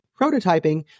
prototyping